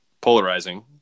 polarizing